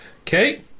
Okay